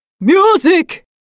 music